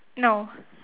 no